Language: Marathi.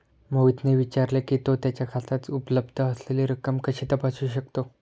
मोहितने विचारले की, तो त्याच्या खात्यात उपलब्ध असलेली रक्कम कशी तपासू शकतो?